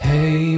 Hey